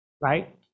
right